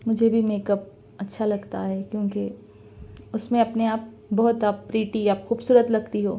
مجھے بھی make up اچھا لگتا ہے کیونکہ اس میں اپنے آپ بہت آپ پریٹی یا خوبصورت لگتی ہو